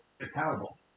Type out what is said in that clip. accountable